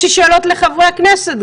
יש לי שאלות גם לחברי הכנסת,